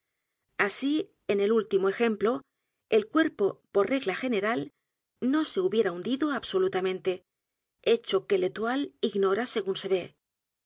así en el último ejemplo el cuerpo por regla general no se hubiera hundido absolutamente hecho que wetoile ignora según se ve